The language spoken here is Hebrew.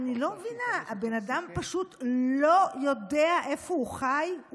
אני לא מבינה, הבן אדם פשוט לא יודע איפה הוא חי.